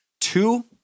two